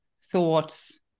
thoughts